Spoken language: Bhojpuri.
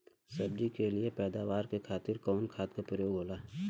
सब्जी के लिए पैदावार के खातिर कवन खाद के प्रयोग होला?